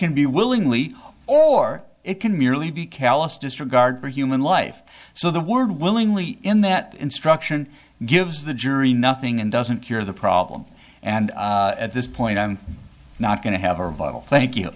can be willingly or it can merely be callous disregard for human life so the word willingly in that instruction gives the jury nothing and doesn't cure the problem and at this point i'm not going to have a rebuttal thank you